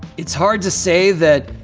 it's hard to say that,